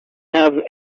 have